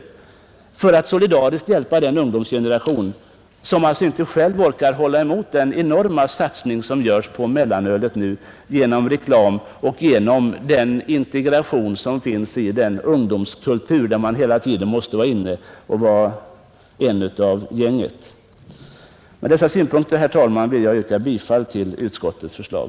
Detta för att solidariskt kunna hjälpa den ungdomsgeneration som inte själv orkar hålla emot den enorma satsning som nu görs på mellanöl genom reklam och genom den ungdomskultur där man hela tiden måste vara ”inne” och en av gänget. Med dessa synpunkter, herr talman, vill jag yrka bifall till utskottets förslag.